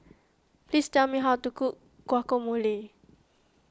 please tell me how to cook Guacamole